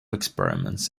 experiments